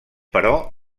però